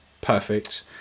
Perfect